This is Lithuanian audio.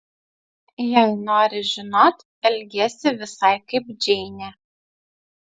jei nori žinot elgiesi visai kaip džeinė